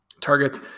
targets